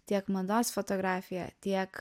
tiek mados fotografija tiek